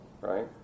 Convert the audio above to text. Right